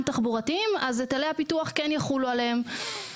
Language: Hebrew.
תחבורתיים היטלי הפיתוח כן יחולו עליהם,